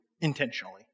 intentionally